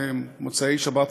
במוצאי שבת,